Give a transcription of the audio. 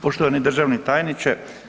Poštovani državni tajniče.